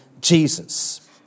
Jesus